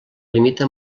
limita